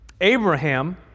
Abraham